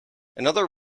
another